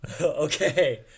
Okay